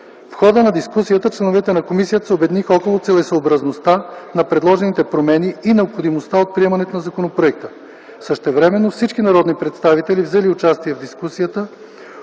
В хода на дискусията членовете на комисията се обединиха около целесъобразността на предложените промени и необходимостта от приемане на законопроекта. Същевременно всички народни представители, взели участие в дискусията,